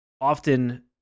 often